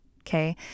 Okay